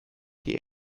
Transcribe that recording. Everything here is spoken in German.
die